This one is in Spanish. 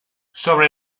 sobre